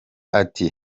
ati